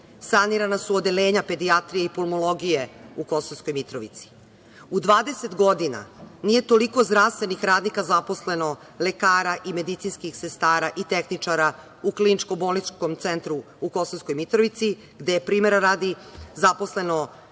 Sanirana su odeljenja pedijatrije i pulmologije u Kosovskoj Mitrovici.U 20 godina nije toliko zdravstvenih radnika zaposleno, lekara i medicinskih sestara i tehničara u KBC u Kosovskoj Mitrovici, gde je primera radi, zaposleno